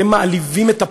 אתם מעליבים את הפרלמנט,